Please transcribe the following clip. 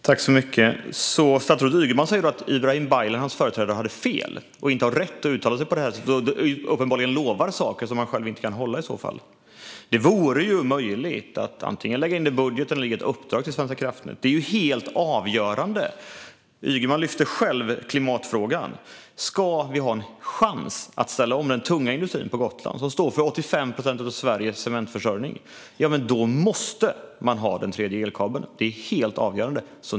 Fru talman! Statsrådet Ygeman säger att Ibrahim Baylan, hans företrädare, hade fel och inte hade rätt att uttala sig på den punkten? Han lovar uppenbarligen saker som han själv inte kan hålla. Det vore möjligt att antingen lägga in i budgeten eller ge ett uppdrag till Svenska kraftnät. Det är helt avgörande. Ygeman lyfter själv upp klimatfrågan. Ska det finnas en chans att ställa om den tunga industrin på Gotland, som står för 85 procent av Sveriges cementförsörjning, då måste man ha den tredje elkabeln. Det är helt avgörande.